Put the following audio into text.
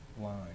line